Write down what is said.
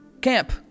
camp